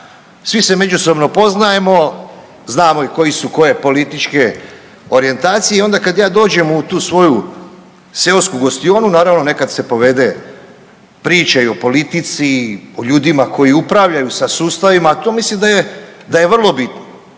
svi se međusobno poznajemo, znamo i koji su koje političke orijentacije i onda kad ja dođem u tu svoju seosku gostionu naravno nekad se povede priča i o politici i o ljudima koji upravljaju sa sustavima, a to mislim da je, da je vrlo bitno.